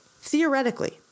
Theoretically